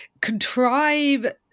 contrive